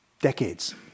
decades